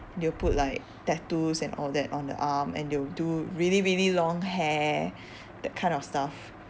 and they will put like tattoos and all that on the arm and then they will do really really long hair that kind of stuff